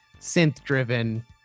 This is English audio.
synth-driven